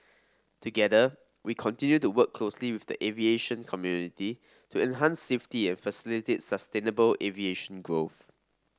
together we continue to work closely with the aviation community to enhance safety and facilitate sustainable aviation growth